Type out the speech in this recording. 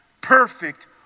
Perfect